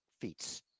feats